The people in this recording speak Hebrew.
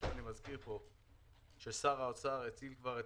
אני מזכיר פה ששר האוצר כבר האציל את